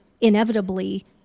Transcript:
inevitably